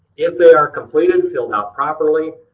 if they are completed, filled out properly,